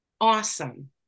awesome